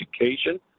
Education